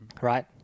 right